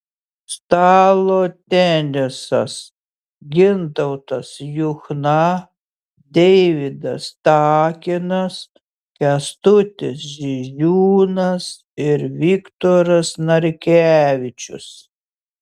stalo tenisas gintautas juchna deividas takinas kęstutis žižiūnas ir viktoras narkevičius